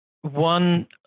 one